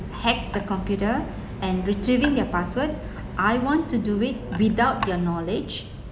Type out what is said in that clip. hack the computer and retrieving their password I want to do it without their knowledge